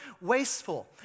wasteful